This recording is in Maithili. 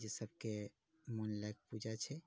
जे सभकेँ मन लायक पूजा छै